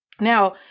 Now